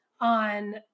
on